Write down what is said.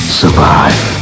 survive